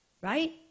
right